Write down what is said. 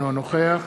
אינו נוכח